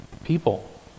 People